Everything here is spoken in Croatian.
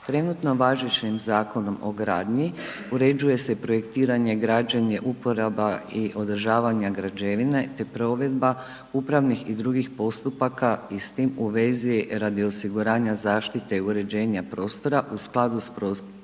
trenutno važećim Zakonom o gradnji uređuje se projektiranje, građenje, uporaba i održavanje građevine, te provedba upravnih i drugih postupaka i s tim u vezi radi osiguranja zaštite i uređenja prostora u skladu s propisima